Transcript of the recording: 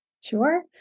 Sure